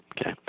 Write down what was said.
Okay